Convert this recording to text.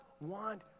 want